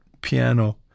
piano